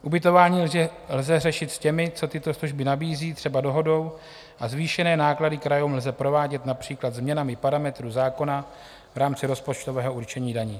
Ubytování lze řešit s těmi, co tyto služby nabízí, třeba dohodou a zvýšené náklady krajům lze provádět například změnami parametrů zákona v rámci rozpočtového určení daní.